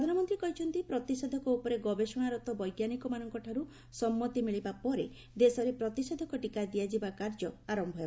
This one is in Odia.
ପ୍ରଧାନମନ୍ତ୍ରୀ କହିଛନ୍ତି ପ୍ରତିଷେଧକ ଉପରେ ଗବେଷଣାରତ ବୈଜ୍ଞାନିକମାନଙ୍କ ଠାର୍ ସମ୍ମତି ମିଳିବା ପରେ ଦେଶରେ ପ୍ରତିଷେଧକ ଟିକା ଦିଆଯିବା କାର୍ଯ୍ୟ ଆରମ୍ଭ ହେବ